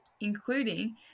including